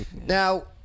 Now